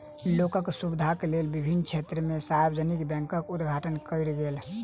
लोकक सुविधाक लेल विभिन्न क्षेत्र में सार्वजानिक बैंकक उद्घाटन कयल गेल